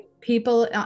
People